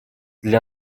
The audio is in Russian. для